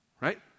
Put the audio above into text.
Right